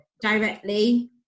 directly